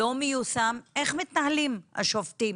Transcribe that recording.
לא מיושם, איך מתנהלים השופטים